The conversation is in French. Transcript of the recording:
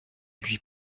lui